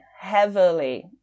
heavily